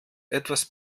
etwas